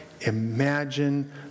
imagine